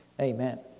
Amen